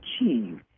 achieve